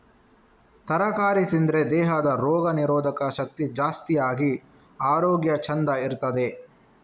ತರಕಾರಿ ತಿಂದ್ರೆ ದೇಹದ ರೋಗ ನಿರೋಧಕ ಶಕ್ತಿ ಜಾಸ್ತಿ ಆಗಿ ಆರೋಗ್ಯ ಚಂದ ಇರ್ತದೆ